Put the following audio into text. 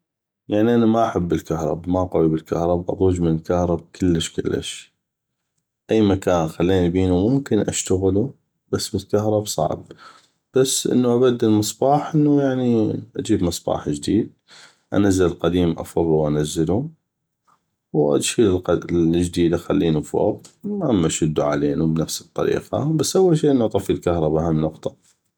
يعني انا ما احب الكهرب ما قوي بالكهرب اضوج من الكهرب كلش كلش أي مكان خليني بينو ممكن اشتغلو بس بالكهرب صعبي بس انو ابدل مصباح انو يعني اجيب مصباح جديد انزل القديم افرو وانزلو واشيل الجديد هم اخلينو علينو بنفس الطريقة بس انو اطفي الكهرب اول شي